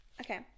Okay